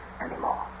anymore